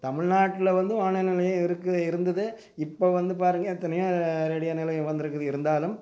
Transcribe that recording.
தமிழ்நாட்டில் வந்து வானொலி நிலையம் இருக்குது இருந்தது இப்போது வந்துப் பாருங்கள் எத்தனையோ ரேடியோ நிலையம் வந்திருக்குது இருந்தாலும்